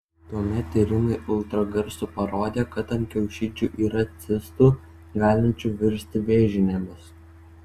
tuomet tyrimai ultragarsu parodė kad ant kiaušidžių yra cistų galinčių virsti vėžinėmis